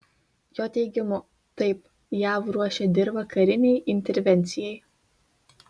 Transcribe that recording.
jo teigimu taip jav ruošia dirvą karinei intervencijai